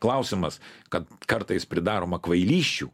klausimas kad kartais pridaroma kvailysčių